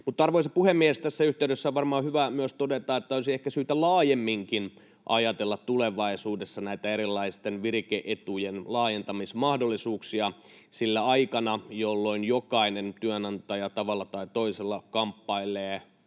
arvoisa puhemies, tässä yhteydessä on varmaan hyvä myös todeta, että olisi ehkä syytä laajemminkin ajatella tulevaisuudessa näiden erilaisten virike-etujen laajentamismahdollisuuksia, sillä aikana, jolloin jokainen työnantaja tavalla tai toisella kamppailee